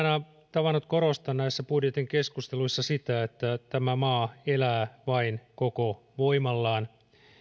tavannut korostaa näissä budjetin keskusteluissa sitä että tämä maa elää vain koko voimallaan